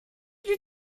you